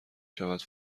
شود